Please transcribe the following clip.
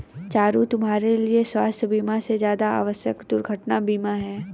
चारु, तुम्हारे लिए स्वास्थ बीमा से ज्यादा आवश्यक दुर्घटना बीमा है